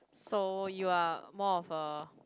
so you are more of a